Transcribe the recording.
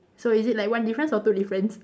so is it like one difference or two difference